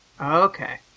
Okay